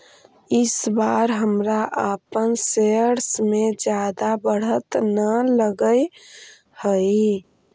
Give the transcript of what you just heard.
इस बार हमरा अपन शेयर्स में जादा बढ़त न लगअ हई